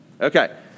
Okay